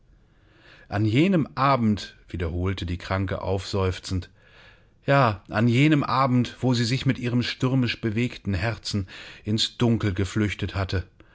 an jenem abend wiederholte die kranke aufseufzend ja an jenem abend wo sie sich mit ihrem stürmisch bewegten herzen ins dunkel geflüchtet hatte